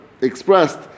expressed